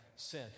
sin